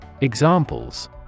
Examples